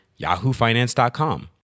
yahoofinance.com